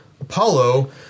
Apollo